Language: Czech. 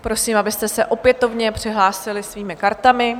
Prosím, abyste se opětovně přihlásili svými kartami.